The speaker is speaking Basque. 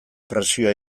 presioa